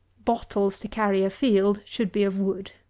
bottles to carry a-field should be of wood.